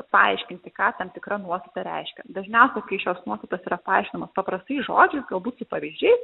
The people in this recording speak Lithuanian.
paaiškinti ką tam tikra nuostata reiškia dažniausiai kai šios nuostatos yra paaiškinamos paprastai žodžiais galbūt su pavyzdžiais